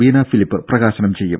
ബീന ഫിലിപ്പ് പ്രകാശനം ചെയ്യും